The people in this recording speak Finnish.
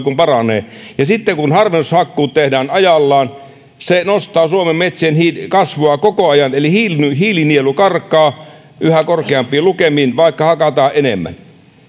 kun paranee ja sitten kun harvennushakkuut tehdään ajallaan se nostaa suomen metsien kasvua koko ajan eli hiilinielu karkaa yhä korkeampiin lukemiin vaikka hakataan enemmän